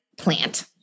plant